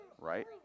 right